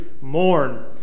mourn